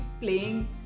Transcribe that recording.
playing